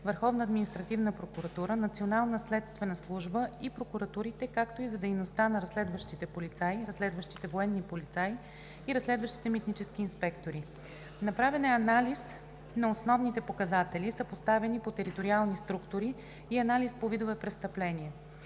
Върховна административна прокуратура, Национална следствена служба и прокуратурите, както и за дейността на разследващите полицаи, разследващите военни полицаи и разследващите митнически инспектори. Направен е анализ на основните показатели, съпоставени по териториални структури, и анализ по видове престъпления.